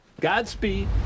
Godspeed